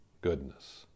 goodness